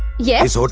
yes.